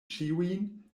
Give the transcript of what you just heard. ĉiujn